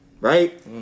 right